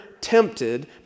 tempted